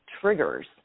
triggers